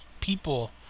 people